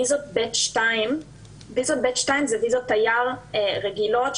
ויזות ב'2 שהן ויזות תייר רגילות,